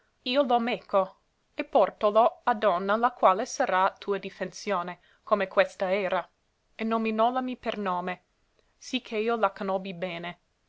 l'ho meco e pòrtolo a donna la quale sarà tua difensione come questa era e nominòllami per nome sì che io la conobbi bene